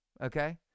Okay